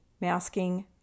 masking